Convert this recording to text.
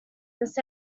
this